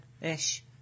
ish